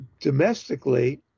domestically